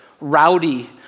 rowdy